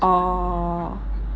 oh